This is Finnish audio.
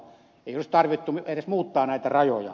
ei olisi tarvittu edes muuttaa näitä rajoja